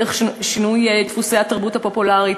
דרך שינוי דפוסי התרבות הפופולרית,